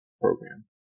program